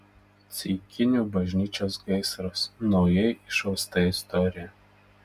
ceikinių bažnyčios gaisras naujai išausta istorija